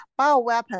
bioweapon